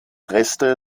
reste